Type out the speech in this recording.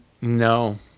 No